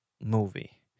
movie